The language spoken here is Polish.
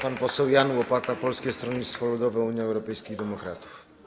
Pan poseł Jan Łopata, Polskie Stronnictwo Ludowe - Unia Europejskich Demokratów.